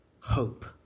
hope